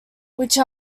which